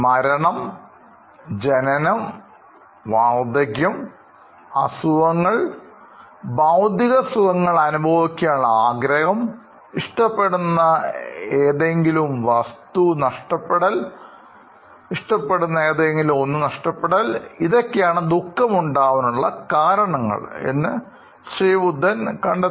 മരണം ജനനം വാർദ്ധക്യം അസുഖങ്ങൾ ഭൌതിക സുഖങ്ങൾഅനുഭവിക്കാനുള്ള ആഗ്രഹം ഇഷ്ടപ്പെടുന്ന എന്തേലും നഷ്ടപ്പെടൽ ആണ് ദുഃഖം ഉണ്ടാവാനുള്ള കാരണങ്ങൾ എന്ന് അദ്ദേഹം കണ്ടെത്തി